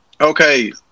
okay